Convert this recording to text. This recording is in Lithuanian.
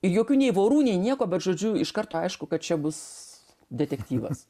jokių nei vorų nei nieko bet žodžiu iš karto aišku kad čia bus detektyvas